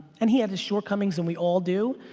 and he had his shortcomings and we all do.